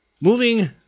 moving